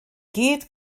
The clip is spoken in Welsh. gyd